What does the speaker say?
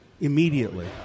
immediately